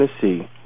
Tennessee